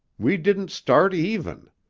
we didn't start even.